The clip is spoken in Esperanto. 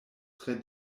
tre